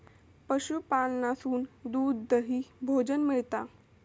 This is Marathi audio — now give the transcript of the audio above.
पशूपालनासून दूध, दही, भोजन मिळता